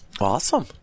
Awesome